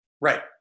Right